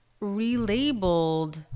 relabeled